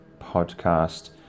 podcast